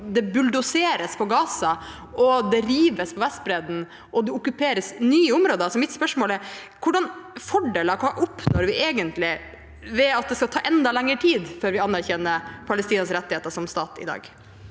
det bulldoseres på Gaza, det rives på Vestbredden, og det okkuperes nye områder. Så mitt spørsmål er: Hva oppnår vi egentlig ved at det skal ta enda lengre tid før vi anerkjenner Palestinas rettigheter som stat i dag?